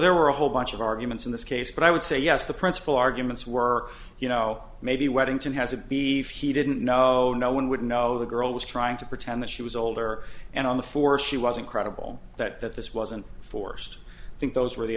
there were a whole bunch of arguments in this case but i would say yes the principal arguments were you know maybe weddington has a beef he didn't know no one would know the girl was trying to pretend that she was older and on the force she wasn't credible that that this wasn't forced think those were the